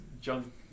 junk